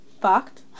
Fucked